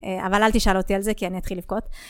אבל אל תשאל אותי על זה כי אני אתחיל לבכות.